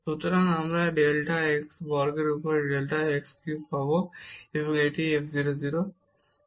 সুতরাং আমরা এই ডেল্টা x বর্গের উপরে ডেল্টা x কিউব পাব এবং এটি f 0 0